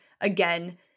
again